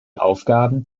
aufgaben